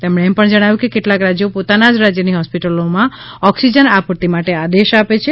તેમણે એમ પણ જણાવ્યું કે કેટલાક રાજયો પોતાના જ રાજયની હોસ્પિટલોમાં ઓકસીજન આપુર્તી માટે આદેશ આપે છે